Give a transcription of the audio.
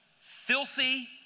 filthy